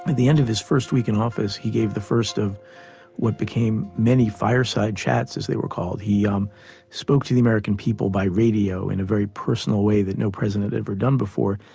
the end of his first week in office, he gave the first of what became many fireside chats, as they were called. he um spoke to the american people by radio in a very personal way that no president had ever done before,